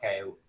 okay